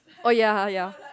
oh ya ya